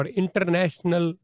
international